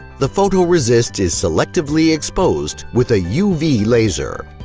the photoresist is selectively exposed with a uv laser.